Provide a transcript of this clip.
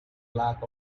lack